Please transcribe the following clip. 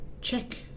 check